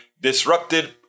disrupted